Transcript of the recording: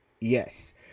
Yes